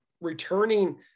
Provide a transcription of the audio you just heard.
returning